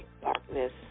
darkness